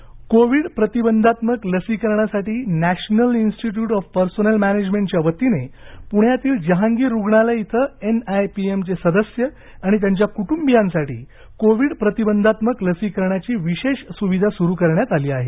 लसीकरण कोविड प्रतिबंधात्मक लसीकरणासाठी नॅशनल इन्स्टिट्यूट पर्सोनेल मॅनेजमेंटच्यावतीने पुण्यातील जहांगीर रुग्णालय इथं एनआयपीएमचे सदस्य आणि त्यांच्या क्टुंबियांसाठी कोविड प्रतिबंधात्मक लसीकरणाची विशेष स्विधा स्रु करण्यात आली आहे